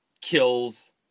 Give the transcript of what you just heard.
kills